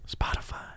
Spotify